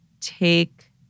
take